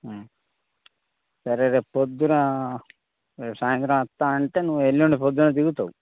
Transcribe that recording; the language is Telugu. సరే రేపు పొద్దున రేపు సాయంత్రం వస్తానంటే నువ్వు ఎల్లుండి పొద్దున దిగుతావు